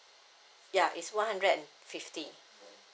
ya it's one hundred and fifty